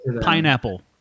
Pineapple